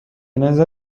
نظر